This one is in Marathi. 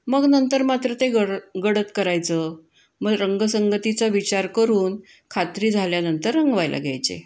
मग नंतर मात्र ते गडद गडद करायचं मग रंगसंगतीचा विचार करून खात्री झाल्यानंतर रंगवायला घ्यायचे